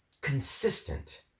consistent